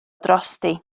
drosti